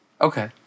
Okay